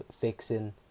fixing